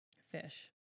fish